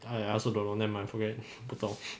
!aiya! I also don't know nevermind forget it 不懂